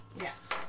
yes